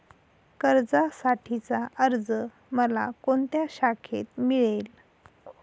कर्जासाठीचा अर्ज मला कोणत्या शाखेत मिळेल?